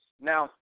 Now